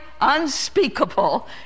unspeakable